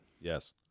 Yes